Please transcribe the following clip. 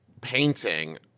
painting